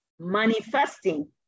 manifesting